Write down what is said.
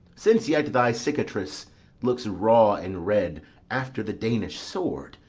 since yet thy cicatrice looks raw and red after the danish sword,